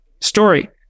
story